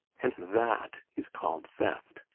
and that is called theft.